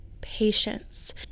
patience